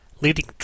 Leading